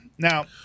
Now